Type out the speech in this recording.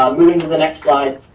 um moving to the next slide.